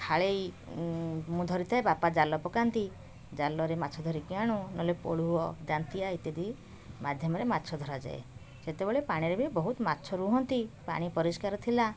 ଖାଳି ମୁଁ ଧରିଥାଏ ବାପା ଜାଲ ପକାନ୍ତି ଜାଲରେ ମାଛ ଧରିକି ଆଣୁ ନହେଲେ ପୋଳୁହ ଦାନ୍ତିଆ ଇତ୍ୟାଦି ମାଧ୍ୟମରେ ମାଛ ଧରାଯାଏ ସେତେବେଳେ ପାଣିରେ ବହୁତ ମାଛ ରୁହନ୍ତି ପାଣି ପରିଷ୍କାର ଥିଲା